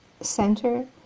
center